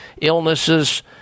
illnesses